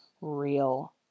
real